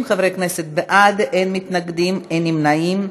30 חברי כנסת בעד, אין מתנגדים, אין נמנעים.